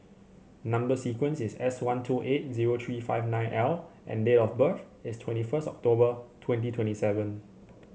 number sequence is S one two eight zero three five nine L and date of birth is twenty first October twenty twenty seven